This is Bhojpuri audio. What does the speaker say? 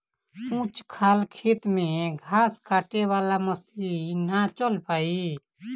ऊंच खाल खेत में घास काटे वाला मशीन ना चल पाई